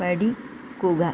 പഠിക്കുക